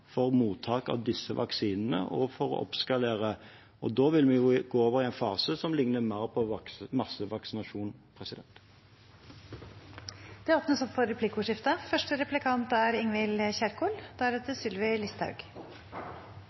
for mottak av disse vaksinene, og for å oppskalere, og da vil vi gå over i en fase som ligner mer på massevaksinasjon. Det blir replikkordskifte. Vaksinen er kommunisert som lyset i tunnelen, og i løpet av tre uker, siden første vaksinedose ble satt, er